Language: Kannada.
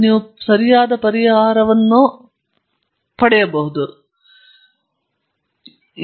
ಇದು ಸೃಜನಶೀಲತೆಯ ನಿಜವಾದ ಆಧಾರವಾಗಿರುವ ಎರಡು ಭಾಗಗಳ ನಡುವೆ ಸಿನರ್ಜಿಯಾಗಿದೆ ನಿಮಗೆ ಎರಡೂ ಅಗತ್ಯವಿರುತ್ತದೆ